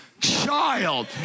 Child